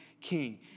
king